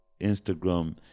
Instagram